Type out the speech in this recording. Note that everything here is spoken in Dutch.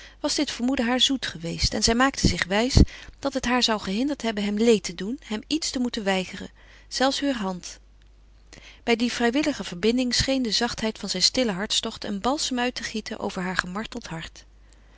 was dit vermoeden haar zoet geweest en zij maakte zich wijs dat het haar zou gehinderd hebben hem leed te doen hem iets te moeten weigeren zelfs heur hand bij die vrijwillige verbinding scheen de zachtheid van zijn stillen hartstocht een balsem uit te gieten over haar gemarteld hart